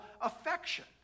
affection